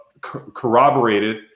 corroborated